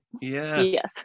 yes